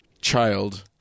child